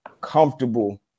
comfortable